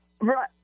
Right